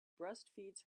breastfeeds